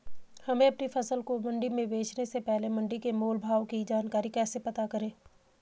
हमें अपनी फसल को मंडी में बेचने से पहले मंडी के मोल भाव की जानकारी कैसे पता करें?